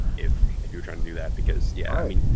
if if you're trying to do that, because yeah, i mean,